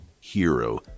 Hero